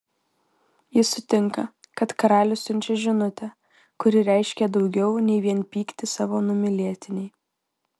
ji sutinka kad karalius siunčia žinutę kuri reiškia daugiau nei vien pyktį savo numylėtinei